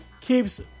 keeps